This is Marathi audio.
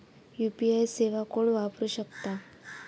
यू.पी.आय सेवा कोण वापरू शकता?